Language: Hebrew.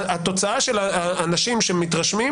התוצאה של האנשים שמתרשמים,